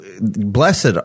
blessed